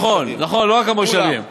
נכון, לא רק המושבים.